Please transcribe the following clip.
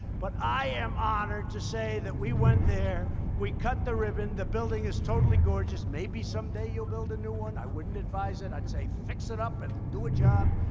but i am honored to say that we went there, we cut the ribbon. the building is totally gorgeous. maybe someday you'll build a new one. i wouldn't advise it. i'd say fix it up and do a job.